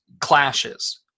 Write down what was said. clashes